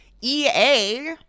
ea